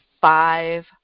five